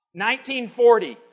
1940